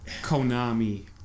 Konami